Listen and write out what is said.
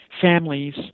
families